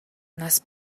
нас